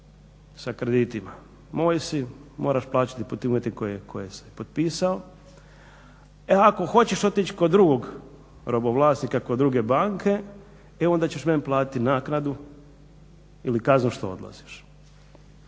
sa kreditima. Moj si, moraš plaćati pod tim uvjetima koje si potpisao. E, ako hoćeš otići kod drugog robovlasnika, kod druge banke e onda ćeš meni platiti naknadu ili kaznu što odlaziš.